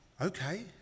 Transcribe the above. okay